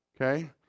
Okay